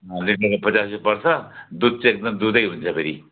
लिटरको पचास रुपियाँ पर्छ दुध चाहिँ एकदम दुधै हुन्छ फेरि